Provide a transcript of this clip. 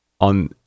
on